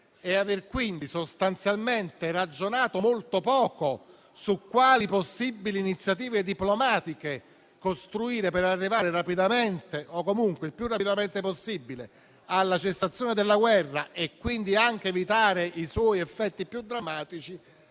e aver quindi sostanzialmente ragionato molto poco su quali possibili iniziative diplomatiche costruire per arrivare rapidamente, o comunque il più rapidamente possibile, alla cessazione della guerra e quindi anche evitare i suoi effetti più drammatici,